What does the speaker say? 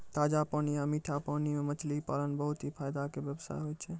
ताजा पानी या मीठा पानी मॅ मछली पालन बहुत हीं फायदा के व्यवसाय होय छै